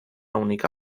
única